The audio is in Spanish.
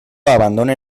abandone